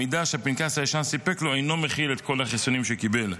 המידע שהפנקס הישן סיפק לו אינו מכיל את כל החיסונים שקיבל.